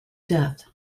death